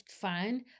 fine